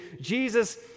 Jesus